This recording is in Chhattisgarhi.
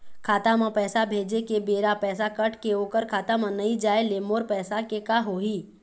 खाता म पैसा भेजे के बेरा पैसा कट के ओकर खाता म नई जाय ले मोर पैसा के का होही?